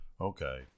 okay